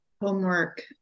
Homework